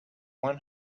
one